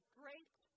great